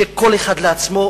שכל אחד לעצמו.